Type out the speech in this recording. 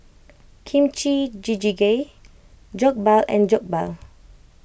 Kimchi Jjigae Jokbal and Jokbal